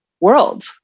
world